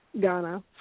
Ghana